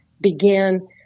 began